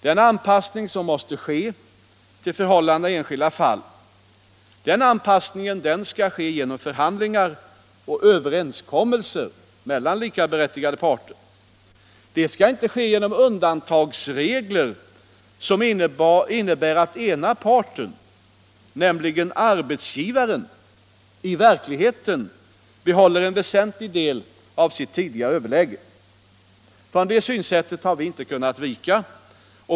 Den anpassning som måste ske till förhållandena i enskilda fall skall åstadkommas genom förhandlingar och överenskommelser mellan likaberättigade parter. Den skall inte ske genom undantagsregler som innebär att ena parten, nämligen arbetsgivaren, i verkligheten behåller en väsentlig del av sitt tidigare överläge. Från det synsättet har vi inte kunnat vika.